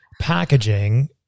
packaging